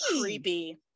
creepy